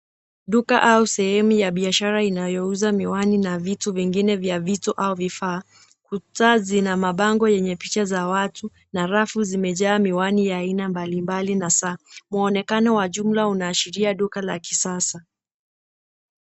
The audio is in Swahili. Duka au sehemu ya biashara inayouza miwani au vitu vingine vya vito au vifaa. Kuta zina mabango yenye picha za watu, na rafu zimejaa miwani ya aina mbalimbali na saa. Muonekano wa jumla unaashiria duka la kisasa.